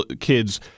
kids